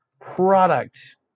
product